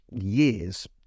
years